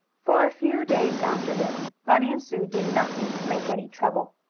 for a few days after this bunny and sue did nothing to make any trouble.